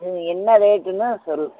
ம் என்ன ரேட்டுன்னு சொல்